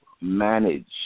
manage